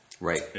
Right